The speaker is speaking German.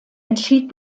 entschied